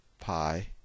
pi